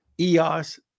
EOS